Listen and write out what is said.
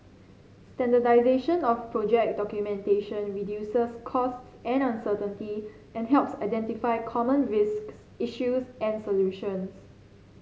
standardisation of project documentation reduces costs and uncertainty and helps identify common risks issues and solutions